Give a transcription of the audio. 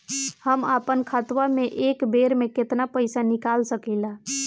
हम आपन खतवा से एक बेर मे केतना पईसा निकाल सकिला?